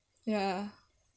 ya ya